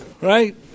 right